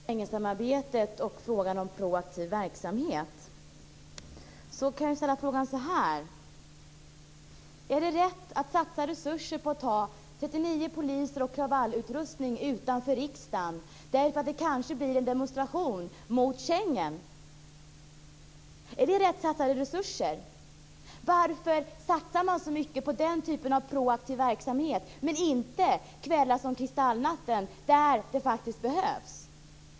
Herr talman! När det gäller Schengensamarbetet och frågan om proaktiv verksamhet kan jag ställa frågan så här: Är det rätt att satsa resurser på att ha 39 poliser och kravallutrustning utanför riksdagen därför att det kanske blir en demonstration mot Schengen? Är det rätt satsade resurser? Varför satsar man så mycket på den typen av proaktiv verksamhet i stället för på demonstrationen till minne av kristallnatten, där det faktiskt behövdes?